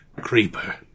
Creeper